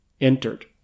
entered